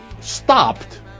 stopped